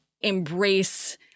embrace